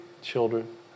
children